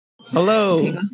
Hello